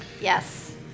Yes